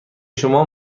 شما